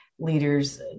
leaders